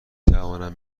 توانم